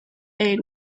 aid